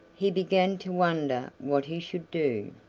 he began to wonder what he should do,